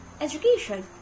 education